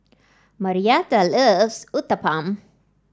Marietta loves Uthapam